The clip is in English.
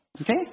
Okay